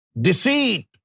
deceit